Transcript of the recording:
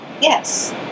Yes